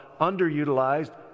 underutilized